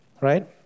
Right